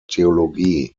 theologie